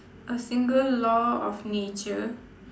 a single law of nature